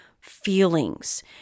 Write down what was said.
feelings